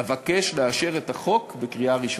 אבקש לאשר את החוק בקריאה ראשונה.